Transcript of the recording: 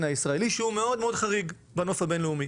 הישראלי שהוא מאוד מאוד חריג בנוף הבין-לאומי,